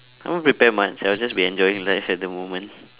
I won't prepare much I will just be enjoying life at the moment